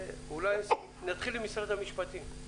נתחיל עם משרד המשפטים: